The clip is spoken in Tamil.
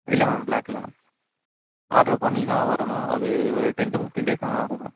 இல்லை மேம் ப்ளாக் இல்லை மேம் ஆர்டர் பண்ணிங்கன்னா வரணும் அது ஒரு டென் டூ ஃபிஃப்டீன் டேஸ் ஆனால் ஆகும் மேம்